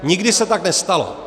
Nikdy se tak nestalo.